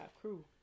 crew